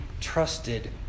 trusted